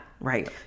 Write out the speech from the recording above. Right